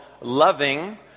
Loving